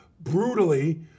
brutally